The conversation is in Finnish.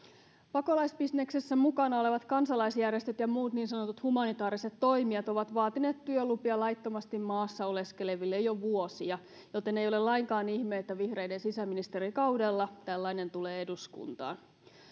pakolaisbisneksessä mukana olevat kansalaisjärjestöt ja muut niin sanotut humanitaariset toimijat ovat vaatineet työlupia laittomasti maassa oleskeleville jo vuosia joten ei ole lainkaan ihme että vihreiden sisäministerikaudella tällainen tulee eduskuntaan